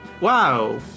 Wow